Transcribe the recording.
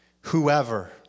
Whoever